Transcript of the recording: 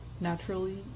naturally